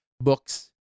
books